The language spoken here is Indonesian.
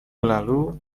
lalu